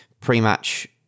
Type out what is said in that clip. pre-match